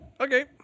okay